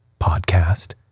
podcast